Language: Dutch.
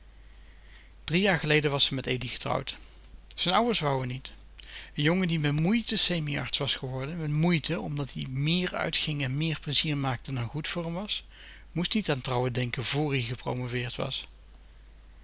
drie jaar geleden was ze met edi getrouwd z'n ouwers wouen niet n jongen die met moéite semi arts was geworden met moeite om uitging en méér plezier maakte dan goed voor m was datiemér mèst niet an trouwen denken vr ie gepromoveerd was